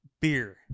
beer